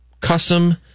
custom